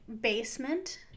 basement